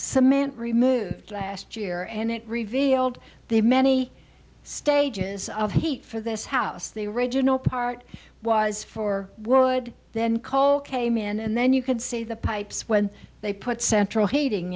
cement removed last year and it revealed the many stages of heat for this house the original part was for wood then coal came in and then you could see the pipes when they put central heating